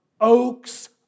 oaks